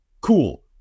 cool